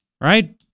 right